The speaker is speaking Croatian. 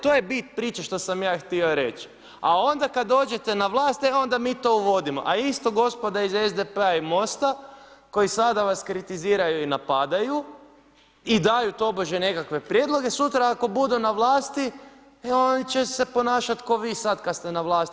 To je bit priče što sam ja htio reći, a onda kad dođete na vlast, e onda mi to uvodimo a isto gospoda iz SDP-a i MOST-a koji sada vas kritiziraju i napadaju i daju tobože nekakve prijedloge sutra ako budu na vlasti e oni će se ponašati kao vi sad kad ste na vlasti.